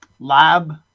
lab